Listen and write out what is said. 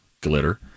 Glitter